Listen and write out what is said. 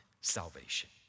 salvation